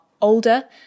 older